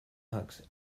hooks